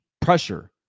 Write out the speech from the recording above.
pressure